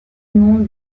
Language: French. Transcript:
monde